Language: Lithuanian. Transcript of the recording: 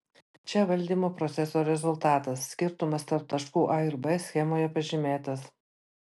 čia valdymo proceso rezultatas skirtumas tarp taškų a ir b schemoje pažymėtas